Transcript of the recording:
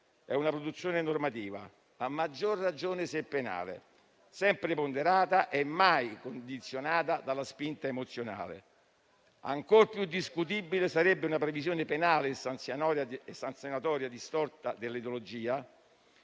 è una produzione normativa, a maggior ragione se penale, sempre ponderata e mai condizionata dalla spinta emozionale. Ancor più discutibile sarebbe una previsione penale e sanzionatoria distorta dall'ideologia,